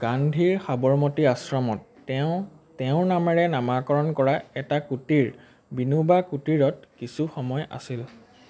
গান্ধীৰ সাৱৰমতী আশ্ৰমত তেওঁ তেওঁৰ নামৰে নামাকৰণ কৰা এটা কুটিৰ বিনোবা কুটিৰত কিছু সময় আছিল